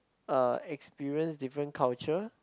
uh experience different culture